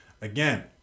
again